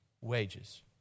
wages